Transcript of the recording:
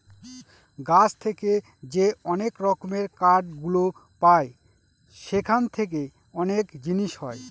গাছ থেকে যে অনেক রকমের কাঠ গুলো পায় সেখান থেকে অনেক জিনিস হয়